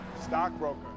Stockbroker